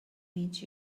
meet